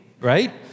right